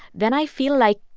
then i feel like,